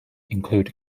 include